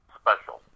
special